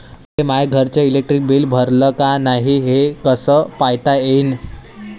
मले माया घरचं इलेक्ट्रिक बिल भरलं का नाय, हे कस पायता येईन?